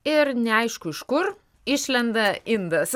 ir neaišku iš kur išlenda indas